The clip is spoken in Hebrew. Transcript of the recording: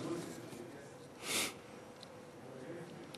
חוק נכי רדיפות הנאצים (תיקון מס' 20),